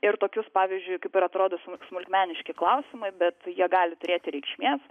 ir tokius pavyzdžiui kaip ir atrodo smu smulkmeniški klausimai bet jie gali turėti reikšmės